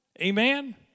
Amen